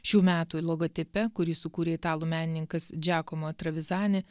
šių metų logotipe kurį sukūrė italų menininkas džiakomo travizani